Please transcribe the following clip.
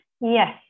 Yes